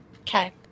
Okay